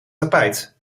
tapijt